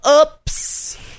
Oops